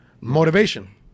Motivation